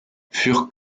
furent